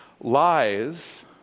Lies